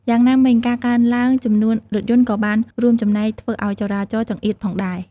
យ៉ាងណាមិញ ការកើនឡើងចំនួនរថយន្តក៏បានរួមចំណែកធ្វើឱ្យចរាចរណ៍ចង្អៀតផងដែរ។